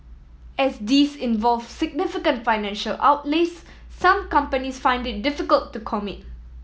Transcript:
as these involve significant financial outlays some companies find it difficult to commit